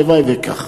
הלוואי שכך.